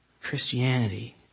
Christianity